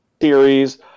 series